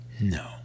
No